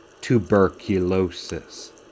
tuberculosis